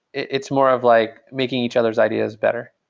it's more of like making each other's ideas better.